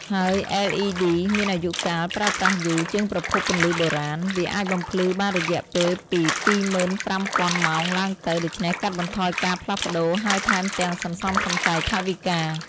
ហើយLED មានអាយុកាលប្រើប្រាស់យូរ ជាងប្រភពពន្លឺបុរាណ។ វាអាចបំភ្លឺបានរយៈពេលពី 25,000 ម៉ោងឡើងទៅ ដូច្នេះកាត់បន្ថយការផ្លាស់ប្ដូរហើយថែមទាំងសន្សំសំចៃថវិកា។